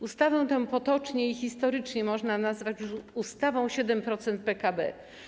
Ustawę tę potocznie i historycznie można już nazwać ustawą 7% PKB.